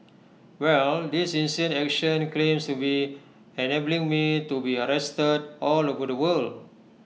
well this insane action claims to be enabling me to be arrested all over the world